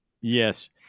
Yes